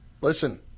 listen